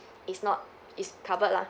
is not is covered lah